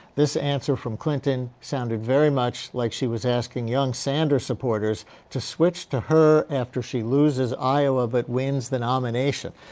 this answer from clinton sounded very much like she was asking young sanders' supporters to switch to her after she loses iowa but wins the nomination.